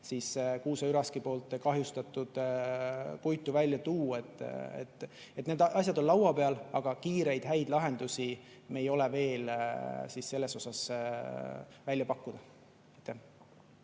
kuuseüraski kahjustatud puitu välja tuua, need asjad on laua peal, aga kiireid, häid lahendusi meil ei ole veel selles osas välja pakkuda.